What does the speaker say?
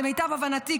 למיטב הבנתי,